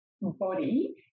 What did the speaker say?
body